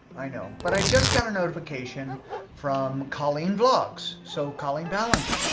i know, but i just got notification from colleen vlogs, so colleen ballinger,